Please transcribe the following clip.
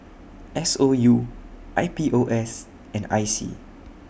S O U I P O S and I C